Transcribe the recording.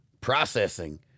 processing